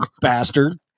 bastard